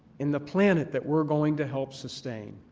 and the planet that we're going to help sustain.